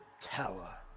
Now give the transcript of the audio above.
tower